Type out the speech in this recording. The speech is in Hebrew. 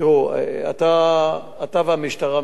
אתה והמשטרה מחוברים די טוב,